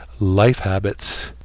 lifehabits